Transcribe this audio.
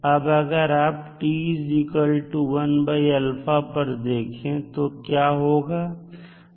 अब अगर आप t 1α पर देखें तो क्या होगा